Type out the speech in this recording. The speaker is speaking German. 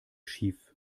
schief